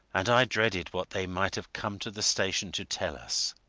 and i dreaded what they might have come to the station to tell us.